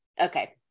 okay